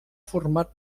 format